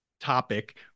topic